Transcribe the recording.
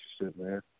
man